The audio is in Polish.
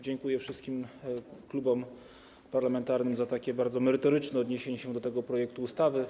Dziękuję wszystkim klubom parlamentarnym za takie bardzo merytoryczne odniesienie się do tego projektu ustawy.